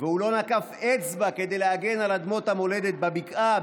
והוא לא נקף אצבע כדי להגן על אדמות המולדת בבקעה,